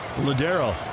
Ladero